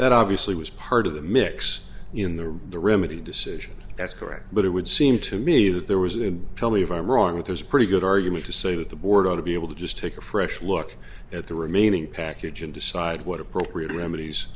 that obviously was part of the mix in the the remedy decision that's correct but it would seem to me that there was and tell me if i'm wrong that there's a pretty good argument to say that the board ought to be able to just take a fresh look at the remaining package and decide what appropriate remedies